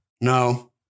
No